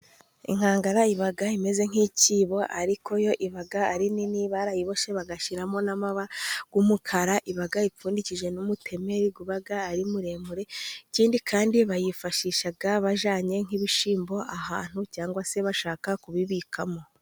Inkangara iba imeze nk'icyibo, ariko yo iba ari nini barayiboshye bagashyiramo n'amabara y'umukara iba ipfundikije n'umutemeri uba ari muremure, ikindi kandi bayifashisha bajyanye nk'ibishyimbo ahantu cyangwa se bashaka kubibikamo.